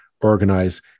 organize